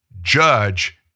judge